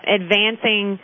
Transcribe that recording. advancing